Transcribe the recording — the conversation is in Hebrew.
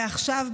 ועכשיו,